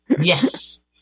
Yes